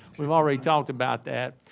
we've already talked about that.